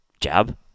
Jab